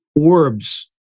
Orbs